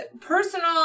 personal